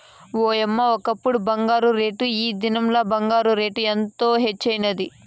ఓయమ్మ, ఒకప్పుడు బంగారు రేటు, ఈ దినంల బంగారు రేటు ఎంత హెచ్చైనాది